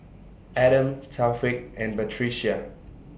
Adam Taufik and Batrisya